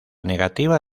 negativa